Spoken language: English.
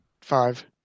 five